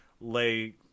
lay